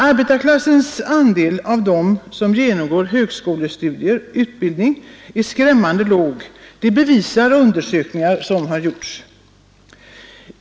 Arbetarklassens andel av dem som genomgår högskoleutbildning är skrämmande låg; det bevisar undersökningar som har gjorts.